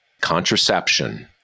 contraception